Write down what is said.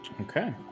Okay